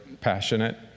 passionate